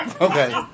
Okay